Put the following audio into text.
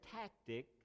tactic